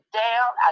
down